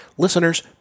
Listeners